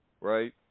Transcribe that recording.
right